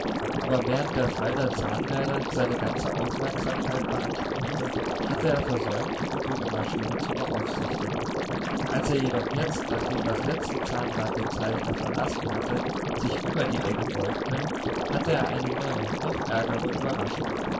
aber während der fall der zahnräder seine ganze aufmerksamkeit beanspruchte hatte er versäumt die übrige maschine zu beaufsichtigen als er jedoch jetzt nachdem das letzte zahnrad den zeichner verlassen hatte sich über die egge beugte hatte er eine neue noch ärgere überraschung